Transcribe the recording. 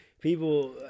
People